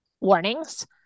warnings